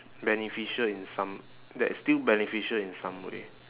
beneficial in some that is still beneficial in some way